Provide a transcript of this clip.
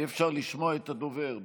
אי-אפשר לשמוע את הדובר.